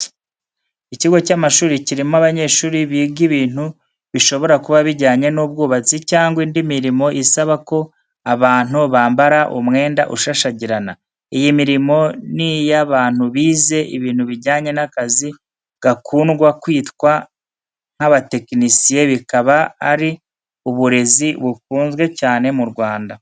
Ikigo cy'amashuri cyirimo abanyeshuri biga ibintu bishobora kuba bijyanye n'ubwubatsi cyangwa indi mirimo isaba ko abantu bamara umwenda ushashagirana. Iyi mirimo niyabantu bize ibintu bijyanye n'akazi gakundwa kwitwa nk'aba tekinisiye bikaba ari iburezi bukunzwe cyane mu Rwanda